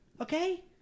Okay